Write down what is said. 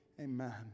Amen